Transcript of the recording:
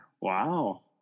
wow